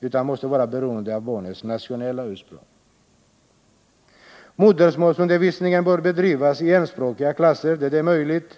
utan måste vara beroende av barnets nationella ursprung. Modersmålsundervisningen bör om möjligt bedrivas i enspråkiga klasser.